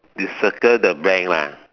you circle the bank lah